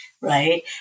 Right